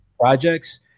projects